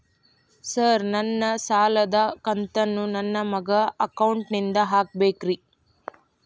Sir ನನ್ನ ಸಾಲದ ಕಂತನ್ನು ನನ್ನ ಮಗನ ಅಕೌಂಟ್ ನಿಂದ ಹಾಕಬೇಕ್ರಿ?